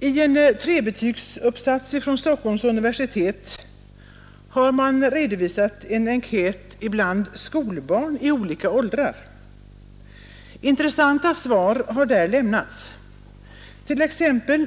I en trebetygsuppsats vid Stockholms universitet har man redovisat en enkät bland skolbarn i olika åldrar. Intressanta svar har lämnats. Bl. a.